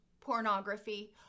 pornography